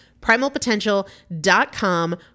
Primalpotential.com